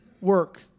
work